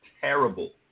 terrible